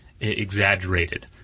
exaggerated